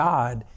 God